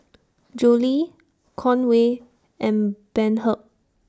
Julie Conway and Bernhard